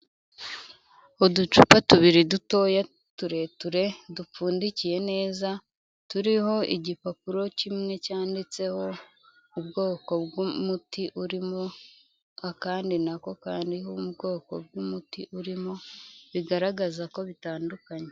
Uducupa tubiri dutoya tureture dupfundikiye neza, turiho igipapuro kimwe cyanditseho ubwoko bw'umuti urimo, akandi na ko kariho ubwoko bw'umuti urimo bigaragaza ko bitandukanye.